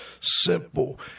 simple